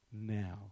now